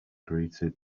greeted